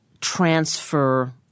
transfer